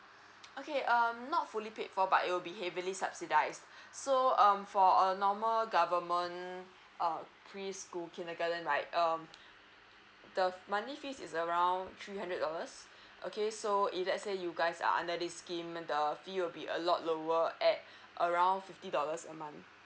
okay um not fully paid for but it'll be heavily subsidised so um for a normal government err preschool kindergarten right um the monthly fees is around three hundred dollars okay so if let say you guys are under this scheme the fee will be a lot lower at around fifty dollars a month